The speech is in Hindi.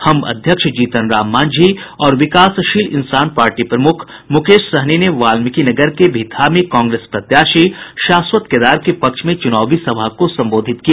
हम अध्यक्ष जीतन राम मांझी और विकासशील इंसान पार्टी प्रमुख मुकेश सहनी ने वाल्मीकिनगर के भितहा में कांग्रेस प्रत्याशी शाश्वत केदार के पक्ष में चुनावी सभा को संबोधित किया